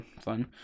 fun